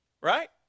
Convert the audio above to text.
right